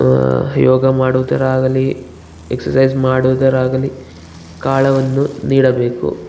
ಯೋಗ ಮಾಡುವುದರಾಗಲಿ ಎಕ್ಸಸೈಜ್ ಮಾಡೋದರಾಗಲಿ ಕಾಲವನ್ನು ನೀಡಬೇಕು